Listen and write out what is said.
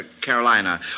Carolina